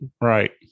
Right